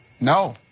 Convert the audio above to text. no